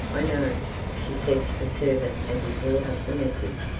i know she said to the servant, as he brought up the message.